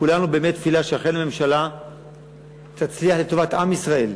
כולנו באמת תפילה שאכן הממשלה תצליח לטובת עם ישראל,